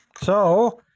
so,